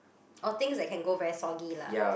or things that can go very soggy lah